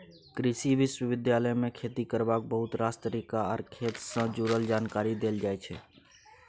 कृषि विश्वविद्यालय मे खेती करबाक बहुत रास तरीका आर खेत सँ जुरल जानकारी देल जाइ छै